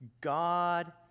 God